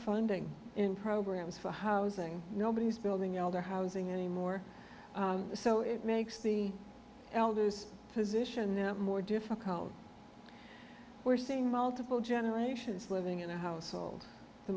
funding in programs for housing nobody's building elder housing anymore so it makes the position more difficult we're seeing multiple generations living in a household the